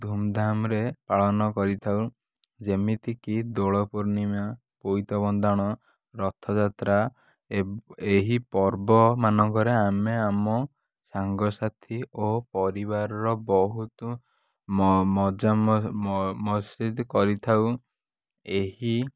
ଧୂମଧାମରେ ପାଳନ କରିଥାଉ ଯେମିତିକି ଦୋଳ ପୂର୍ଣ୍ଣିମା ବୋଇତ ବନ୍ଦାଣ ରଥଯାତ୍ରା ଏବ ଏହି ପର୍ବମାନଙ୍କରେ ଆମେ ଆମ ସାଙ୍ଗସାଥି ଓ ପରିବାରର ବହୁତ ମଜା ମଜାମସ୍ତି କରିଥାଉ ଏହି